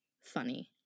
funny